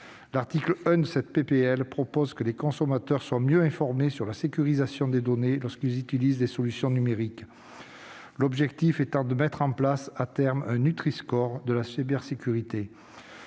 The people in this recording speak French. article 1 propose que les consommateurs soient mieux informés sur la sécurisation des données lorsqu'ils utilisent solutions numériques, l'objectif étant de mettre place, à terme, une sorte de Nutriscore de la cybersécurité.